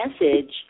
message